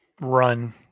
run